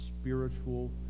spiritual